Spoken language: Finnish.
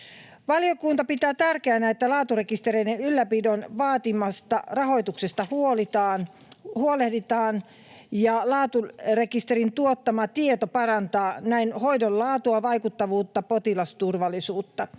Valiokunta pitää tärkeänä, että laaturekistereiden ylläpidon vaatimasta rahoituksesta huolehditaan. Laaturekisterien tuottama tieto parantaa näin hoidon laatua, vaikuttavuutta ja potilasturvallisuutta.